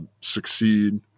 succeed